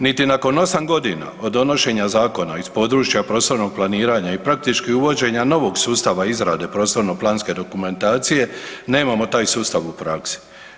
Niti nakon 8 godina od donošenja zakona iz područja prostornog planiranja i praktički uvođenja novog sustava izgrade prostorno-planske dokumentacije, nemao taj sustav u praksi.